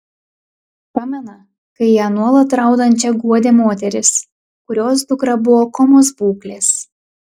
pamena kai ją nuolat raudančią guodė moteris kurios dukra buvo komos būklės